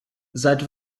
seit